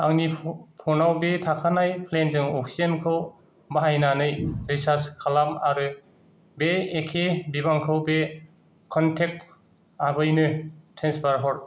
आंनि फ'नआव बे थाखानाय प्लेनजों अक्सिजेनखौ बाहायनानै रिसार्ज खालाम आरो बे एखे बिबांखौ बे क'नटेक्ट आबैनो ट्रेन्सफार हर